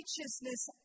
Righteousness